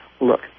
Look